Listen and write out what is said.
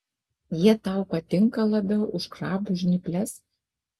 jie tau patinka labiau už krabų žnyples